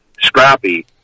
scrappy